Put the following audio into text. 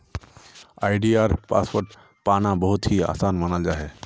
आई.डी.आर password पाना बहुत ही आसान मानाल जाहा